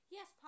Yes